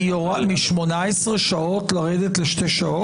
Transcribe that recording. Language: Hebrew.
מ-18 שעות לרדת לשעתיים?